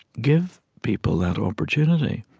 give people that opportunity